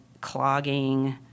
clogging